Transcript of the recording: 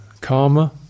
karma